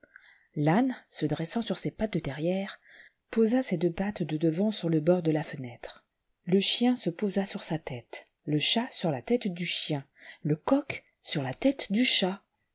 l'àne se dressant sur ses pattes de derrière posa ses deux pattes de devant sur le bord de la l'o le chien se posa sur sa tète le chat sur la tète du chien le coq sur la tête du chat